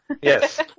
Yes